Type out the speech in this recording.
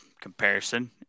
comparison